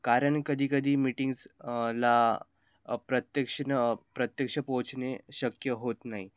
कारण कधीकधी मीटिंग्स ला प्रत्यक्षनं प्रत्यक्ष पोचणे शक्य होत नाही